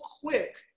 quick